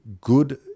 good